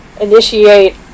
initiate